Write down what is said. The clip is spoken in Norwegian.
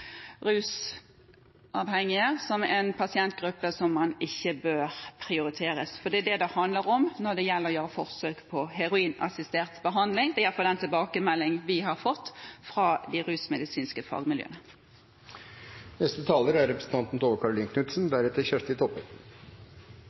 rusavhengige som en pasientgruppe som ikke bør prioriteres, for det er det det handler om når det gjelder forsøk med heroinassistert behandling. Det er i hvert fall den tilbakemeldingen vi har fått fra de rusmedisinske